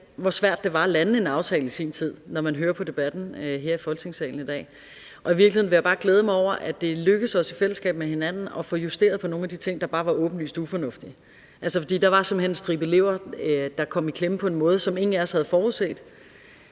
hvor svært det var at lande en aftale i sin tid, når man lytter til debatten her i Folketingssalen i dag. Og i virkeligheden vil jeg bare glæde mig over, at det er lykkedes os i fællesskab med hinanden at få justeret nogle af de ting, der bare var åbenlyst ufornuftige. Altså, der var simpelt hen en stribe elever, der kom i klemme på en måde, som ingen af os havde forudset,